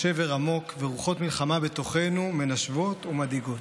השבר עמוק ורוחות מלחמה בתוכנו מנשבות ומדאיגות.